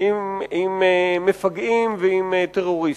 עם מפגעים ועם טרוריסטים.